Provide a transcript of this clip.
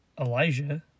Elijah